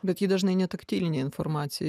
bet ji dažnai netaktilinė informacija